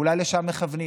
ואולי לשם מכוונים,